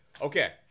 Okay